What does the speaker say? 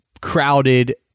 crowded